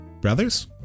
brothers